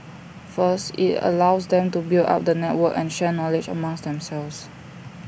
first IT allows them to build up the network and share knowledge amongst themselves